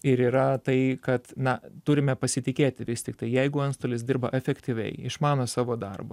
ir yra tai kad na turime pasitikėti vis tiktai jeigu antstolis dirba efektyviai išmano savo darbą